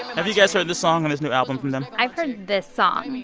have you guys heard this song and this new album from them? i've heard this song,